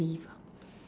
leaf